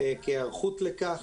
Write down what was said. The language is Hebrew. כהיערכות לכך.